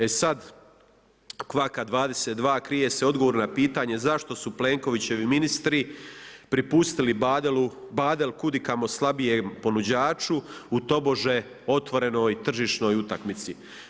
E sad, kvaka 22, krije se odgovor na pitanje zašto su Plenkovićevi ministri prepustili Badelu, Badel kudikamo slabijem ponuđaču u tobože otvorenoj tržišnoj utakmici.